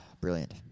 Brilliant